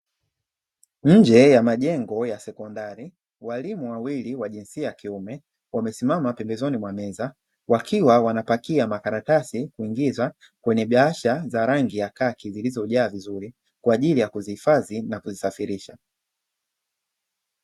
Nje ya majengo ya sekondari, walimu wawili wa jinsia ya kiume, wamesimama pembezoni mwa meza, wakiwa wanapakia makaratasi kuingiza kwenye bahasha za rangi ya kaki zilizojaa vizuri, kwa ajili ya kuzihifadhi na kuzisafirisha.